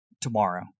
tomorrow